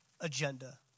agenda